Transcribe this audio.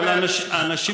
אבל האנשים,